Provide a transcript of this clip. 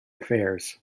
affairs